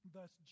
Thus